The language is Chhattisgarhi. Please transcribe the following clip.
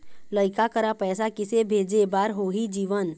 लइका करा पैसा किसे भेजे बार होही जीवन